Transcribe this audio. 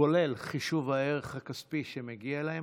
כולל חישוב הערך הכספי שמגיע להם.